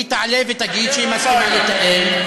היא תעלה ותגיד שהיא מסכימה לתאם.